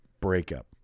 breakup